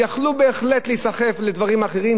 יכלו בהחלט להיסחף לדברים אחרים,